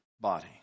body